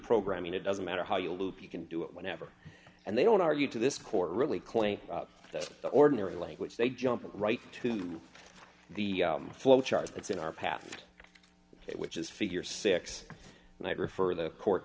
programming it doesn't matter how you loop you can do it whenever and they don't argue to this court really claim that the ordinary language they jump right into the flow chart it's in our path ok which is figure six and i prefer the court